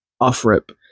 off-rip